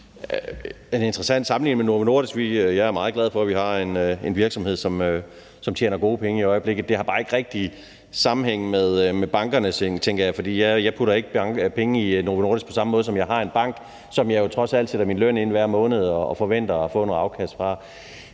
en interessant sammenligning med Novo Nordisk, for jeg er meget glad for, at vi har en virksomhed, som tjener gode penge i øjeblikket. Det har bare ikke rigtig sammenhæng med bankerne, tænker jeg, for jeg putter ikke penge i Novo Nordisk, ligesom jeg gør i min bank, hvor jeg trods alt sætter min løn ind hver måned, hvilket jeg forventer at få noget afkast af.